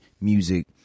Music